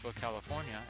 California